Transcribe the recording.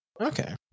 Okay